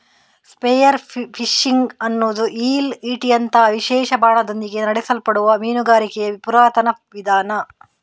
spear fishing ಅನ್ನುದು ಈಲ್ ಈಟಿಯಂತಹ ವಿಶೇಷ ಬಾಣದೊಂದಿಗೆ ನಡೆಸಲ್ಪಡುವ ಮೀನುಗಾರಿಕೆಯ ಪುರಾತನ ವಿಧಾನ